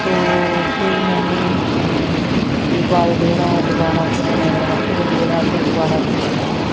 تو پھر میں نے ایک بار ادھیڑا دوبارہ سے بنایا پھر ادھیڑا پھر دوبارہ سے بنایا